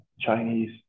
Chinese